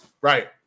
Right